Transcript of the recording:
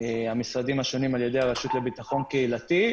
המשרדים השונים על ידי הרשות לביטחון קהילתי.